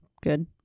good